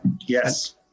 yes